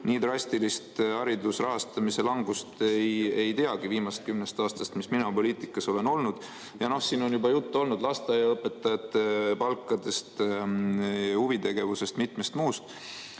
Nii drastilist hariduse rahastamise langust ei teagi viimasest kümnest aastast, mis mina poliitikas olen olnud. Siin on juba juttu olnud lasteaiaõpetajate palkadest, huvitegevusest, mitmest muust